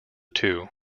two